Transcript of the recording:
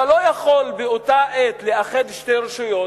אתה לא יכול באותה העת לאחד שתי רשויות